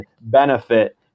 benefit